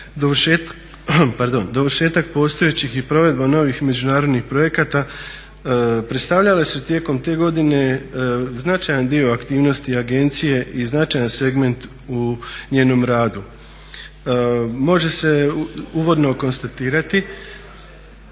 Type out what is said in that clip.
dovršetak postojećih i provedba novih međunarodnih projekata. Predstavljale su tijekom te godine značajan dio aktivnosti agencije i značajan segment u njenom radu. Može se uvodno konstatirati